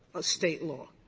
state law?